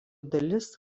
dalis